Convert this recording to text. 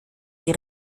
die